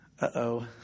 Uh-oh